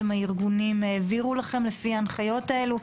הארגונים העבירו לכם לפי ההנחיות האלו,